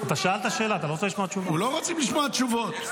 --- אתה שאלת שאלה, אתה לא רוצה לשמוע תשובה.